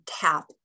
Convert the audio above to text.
tap